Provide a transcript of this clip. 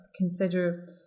consider